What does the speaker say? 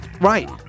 Right